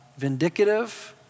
vindicative